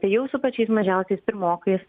tai jau su pačiais mažiausiais pirmokais